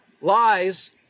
Lies